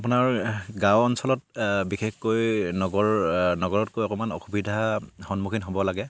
আপোনাৰ গাঁও অঞ্চলত বিশেষকৈ নগৰ নগৰতকৈ অকমান অসুবিধাৰ সন্মুখীন হ'ব লাগে